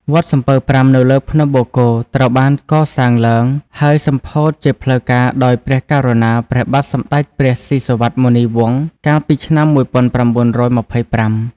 វត្តសំពៅប្រាំនៅលើភ្នំបូកគោត្រូវបានកសាងឡើង ហើយសម្ពោធជាផ្លូវការដោយព្រះករុណា ព្រះបាទសម្ដេចព្រះស៊ីសុវត្ថិ-មុនីវង្ស កាលពីឆ្នាំ ១៩២៥ ។